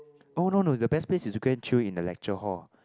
oh no no the best place is to go and chill in the lecture hall